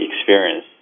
experience